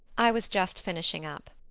i was just finishing up.